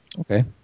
Okay